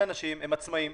יצאו